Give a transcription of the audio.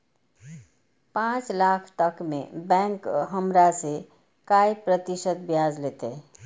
पाँच लाख तक में बैंक हमरा से काय प्रतिशत ब्याज लेते?